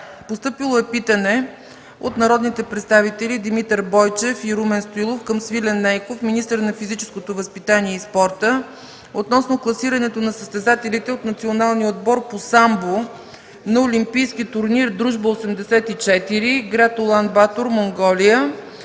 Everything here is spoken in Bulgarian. Постъпило е питане от народните представители Димитър Бойчев и Румен Стоилов към Свилен Нейков – министър на физическото възпитание и спорта, относно класирането на състезателите от националния отбор по самбо на Олимпийски турнир „Дружба 84” – гр. Улан Батор, Монголия.